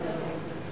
(שחרור